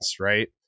right